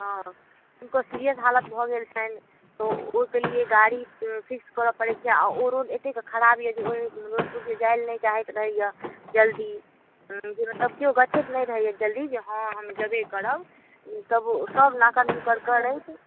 हँ किनको सीरियस हालत भऽ गेल छनि तऽ ओहिके लिए गाड़ी फिक्स करै पडैत छै आ ओ रोड एतेक खराब यऽ जे ओहि रोड पर केओ जाए लए नहि चाहैत रहैया जल्दी जे मतलब केओ गछैत नहि रहैया जल्दी की हँ हम जयबै करब तऽ सब नाकर नुकर करैत